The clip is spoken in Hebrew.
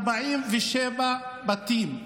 47 בתים בנגב.